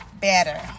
better